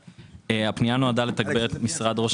הפנייה נועדה לתגבר את משרד ראש